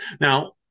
Now